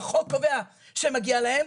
החוק קובע שמגיע להם,